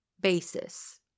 basis